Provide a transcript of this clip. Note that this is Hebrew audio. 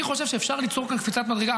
אני חושב שאפשר ליצור כאן קפיצת מדרגה,